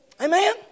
Amen